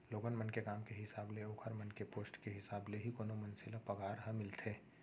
लोगन मन के काम के हिसाब ले ओखर मन के पोस्ट के हिसाब ले ही कोनो मनसे ल पगार ह मिलथे